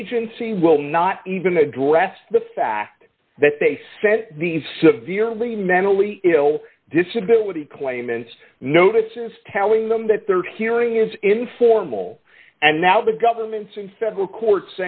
agency will not even address the fact that they sent these severely mentally ill disability claimants notices telling them that their hearing is informal and now the government's in federal court